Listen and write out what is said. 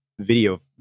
video